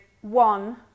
one